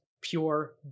pure